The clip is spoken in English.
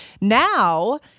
Now